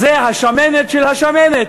זה השמנת של השמנת.